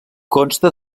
consta